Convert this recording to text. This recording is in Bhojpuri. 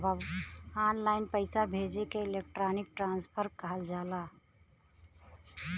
ऑनलाइन पइसा भेजे के इलेक्ट्रानिक ट्रांसफर कहल जाला